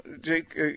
Jake